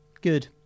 Good